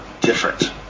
different